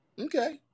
Okay